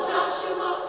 Joshua